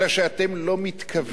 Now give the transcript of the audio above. אלא שאתם לא מתכוונים,